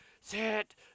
sit